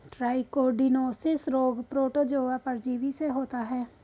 trichodinosis रोग protozoa परजीवी से होता है